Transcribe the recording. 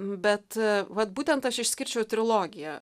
bet vat būtent aš išskirčiau trilogiją